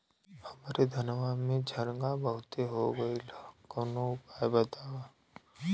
हमरे धनवा में झंरगा बहुत हो गईलह कवनो उपाय बतावा?